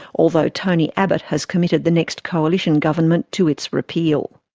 although tony abbott has committed the next coalition government to its repeal.